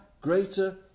greater